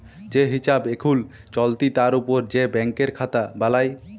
যে হিছাব এখুল চলতি তার উপর যে ব্যাংকের খাতা বালাই